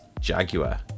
jaguar